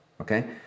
okay